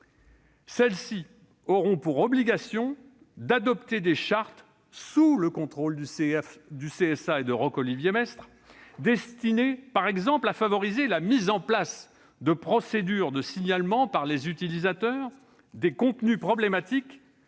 Celles-ci auront pour obligation d'adopter, sous le contrôle du CSA et de Roch-Olivier Maistre, des chartes destinées par exemple à favoriser la mise en place de procédures de signalement par les utilisateurs des contenus problématiques